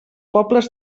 pobles